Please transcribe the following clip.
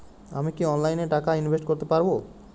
আমি কি অনলাইনে টাকা ইনভেস্ট করতে পারবো?